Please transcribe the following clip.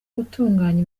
gutunganya